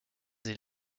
des